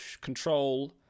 Control